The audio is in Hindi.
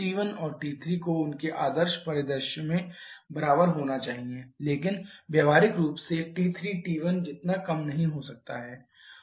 T1 और T3 को उनके आदर्श परिदृश्य में बराबर होना चाहिए लेकिन व्यावहारिक रूप से T3 T1 जितना कम नहीं हो सकता है